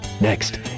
Next